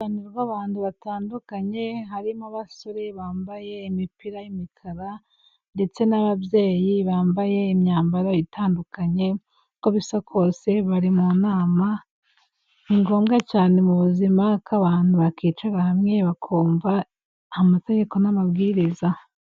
Uruhurirane rw'abantu batandukanye, harimo abasore bambaye imipira y'imikara, ndetse n'ababyeyi bambaye imyambaro itandukanye, uko bisa kose bari mu nama, ni ngombwa cyane mu buzima ko abantu bakicara hamwe bakumva amategeko n'amabwiriza.